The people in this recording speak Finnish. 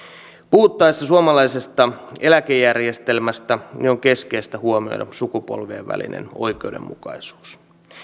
puhuttaessa suomalaisesta eläkejärjestelmästä on keskeistä huomioida sukupolvien välinen oikeudenmukaisuus